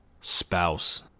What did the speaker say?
spouse